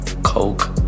Coke